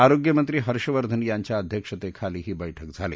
आरोग्यमंत्री हर्षवर्धन यांच्या अध्यक्षतेखाली ही बैठक झाली